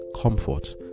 comfort